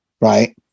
right